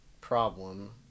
problem